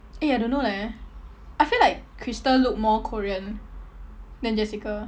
eh I don't know leh I feel like krystal look more korean than jessica